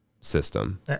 system